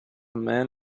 men